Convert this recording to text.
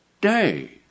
day